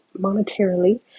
monetarily